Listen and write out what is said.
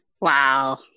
Wow